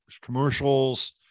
commercials